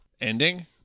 Ending